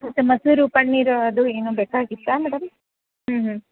ಮತ್ತು ಮೊಸರು ಪನ್ನೀರ್ ಅದು ಏನು ಬೇಕಾಗಿತ್ತ ಮೇಡಮ್ ಹ್ಞೂ ಹ್ಞೂ